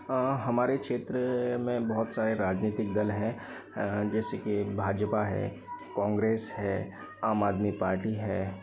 हाँ हमारे क्षेत्र में बहुत सारे राजनीतिक दल हैं जैसे कि भाजपा है कांग्रेस है आम आदमी पार्टी है